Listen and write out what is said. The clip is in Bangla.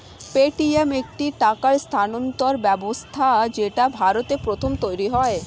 পেটিএম একটি টাকা স্থানান্তর ব্যবস্থা যেটা ভারতে প্রথম তৈরী হয়